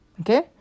okay